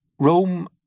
Rome